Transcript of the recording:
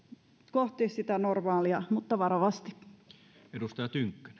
kohti sitä normaalia mutta varovasti